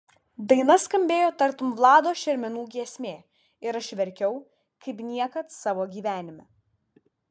daina skambėjo tartum vlado šermenų giesmė ir aš verkiau kaip niekad savo gyvenime